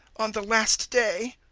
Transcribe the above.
on the last day.